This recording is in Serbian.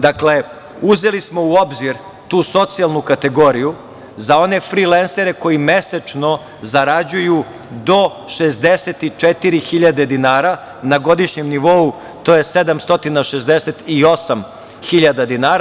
Dakle, uzeli smo u obzir tu socijalnu kategoriju za one frilensere koji mesečno zarađuju do 64.000 dinara, na godišnjem nivou to je 768.000 dinara.